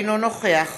אינו נוכח